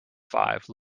five